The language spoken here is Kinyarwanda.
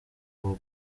uwa